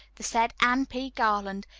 the said anne p. garland,